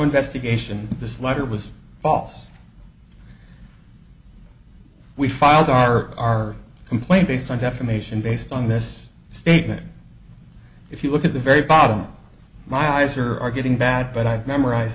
investigation this letter was false we filed our complaint based on defamation based on this statement if you look at the very bottom my eyes are are getting bad but i've memorize